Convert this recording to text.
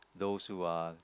those who are